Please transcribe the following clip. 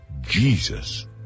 Jesus